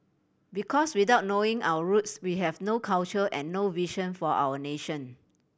because without knowing our roots we have no culture and no vision for our nation